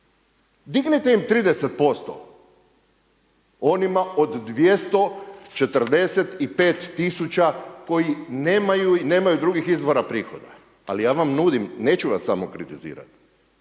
Dignite im 30% onima od 245 000 koji nemaju i nemaju drugih izvora prihoda. Ali ja vam nudim, neću vas samo kritizirat,